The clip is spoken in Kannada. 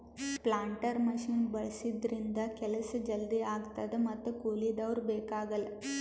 ಪ್ಲಾಂಟರ್ ಮಷಿನ್ ಬಳಸಿದ್ರಿಂದ ಕೆಲ್ಸ ಜಲ್ದಿ ಆಗ್ತದ ಮತ್ತ್ ಕೂಲಿದವ್ರು ಬೇಕಾಗಲ್